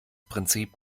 prinzip